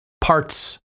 parts